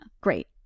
Great